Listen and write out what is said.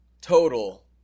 Total